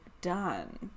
done